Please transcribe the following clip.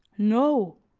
no,